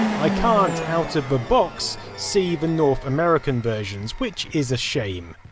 i can't, out of the box see the north american versions, which is a shame.